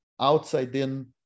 outside-in